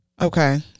Okay